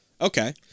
Okay